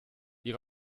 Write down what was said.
ihre